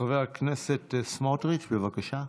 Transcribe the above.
חבר הכנסת סמוטריץ', בבקשה.